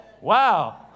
Wow